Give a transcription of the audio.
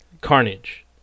Carnage